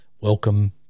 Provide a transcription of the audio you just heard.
Welcome